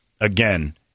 again